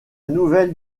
nouvelle